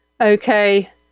Okay